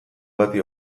bati